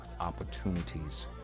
opportunities